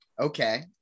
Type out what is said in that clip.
okay